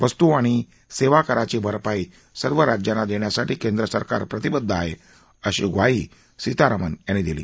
वस्तू आणि सेवा कराची भरपाई सर्व राज्यांना देण्यासाठी केंद्र सरकार प्रतिबद्ध आहे अशी ग्वाही सीतारामन यांनी दिली